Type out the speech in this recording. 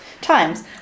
times